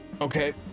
Okay